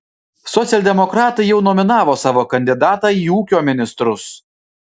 socialdemokratai jau nominavo savo kandidatą į ūkio ministrus